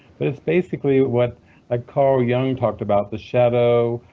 but it's basically what ah carl jung talked about the shadow,